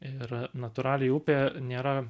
ir natūraliai upė nėra